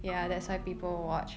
oh